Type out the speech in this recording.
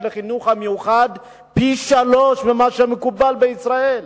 לחינוך המיוחד פי-שלושה ממה שמקובל בישראל.